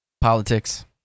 politics